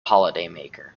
holidaymaker